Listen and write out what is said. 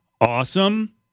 awesome